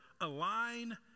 align